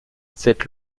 cette